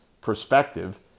perspective